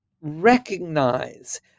recognize